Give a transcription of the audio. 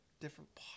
different